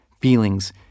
feelings